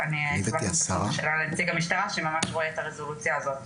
--- לנציג המשטרה שממש רואה את הרזולוציה הזאת.